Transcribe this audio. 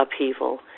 upheaval